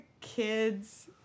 kids